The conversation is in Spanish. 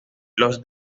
los